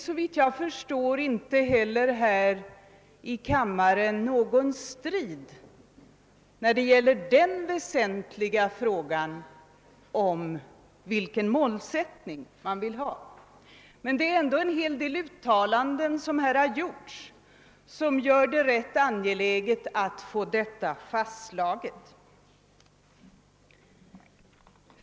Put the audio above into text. Såvitt jag förstår råder det inte heller här i kammaren någon strid när det gäller den väsentliga frågan om målsättningen. Ändå har det gjorts en hel del uttalanden här som gör det rätt angeläget att understryka detta.